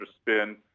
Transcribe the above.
spin